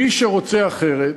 מי שרוצה אחרת,